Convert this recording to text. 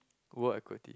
work acuity